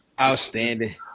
Outstanding